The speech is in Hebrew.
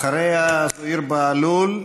אחריה, זוהיר בהלול,